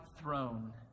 throne